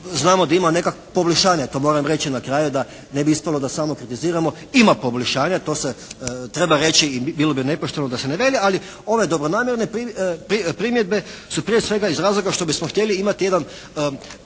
znamo da ima neka poboljšanja. To moram reći na kraju da ne bi ispalo da samo kritiziramo. Ima poboljšanja, to se treba reći i bilo bi nepošteno da se ne veli ali ove dobronamjerne primjedbe su prije svega iz razloga što bismo htjeli imati jedan